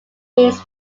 leaves